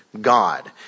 God